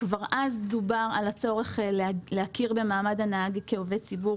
כבר אז דובר על הצורך להכיר במעמד הנהג כעובד ציבור